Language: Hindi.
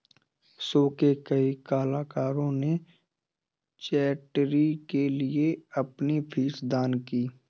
शो के कई कलाकारों ने चैरिटी के लिए अपनी फीस दान की